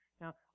Now